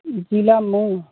ज़िला मऊ